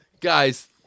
Guys